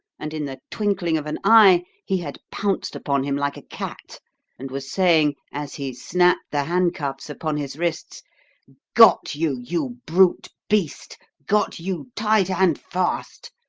and in the twinkling of an eye he had pounced upon him like a cat and was saying, as he snapped the handcuffs upon his wrists got you, you brute-beast got you tight and fast!